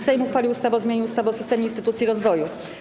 Sejm uchwalił ustawę o zmianie ustawy o systemie instytucji rozwoju.